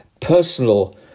personal